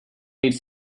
late